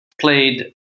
played